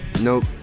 Nope